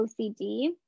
OCD